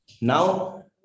Now